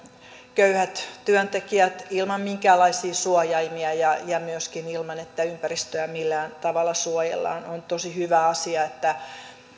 köyhät työntekijät ilman minkäänlaisia suojaimia ja ja myöskin ilman että ympäristöä millään tavalla suojellaan on tosi hyvä asia että